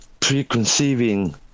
preconceiving